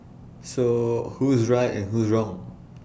so who's right and who's wrong